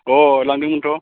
अह लांदोंमोनथ'